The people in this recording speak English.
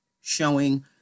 showing